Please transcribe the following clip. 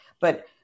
but-